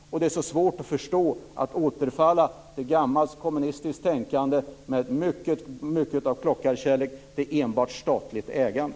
Och det är därför svårt att förstå att man återfaller till gammalt kommunistiskt tänkande med mycket av klockarkärlek till enbart statligt ägande.